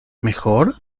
mejor